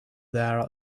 there